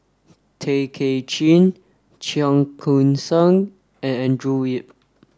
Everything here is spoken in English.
Tay Kay Chin Cheong Koon Seng and Andrew Yip